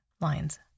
lines